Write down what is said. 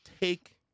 take